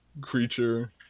creature